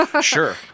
Sure